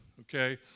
okay